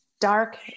dark